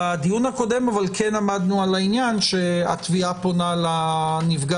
בדיון הקודם עמדנו על העניין שהתביעה פונה לנפגעת